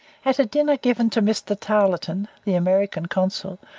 at a dinner given to mr. tarleton, the american consul,